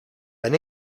ben